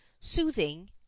soothing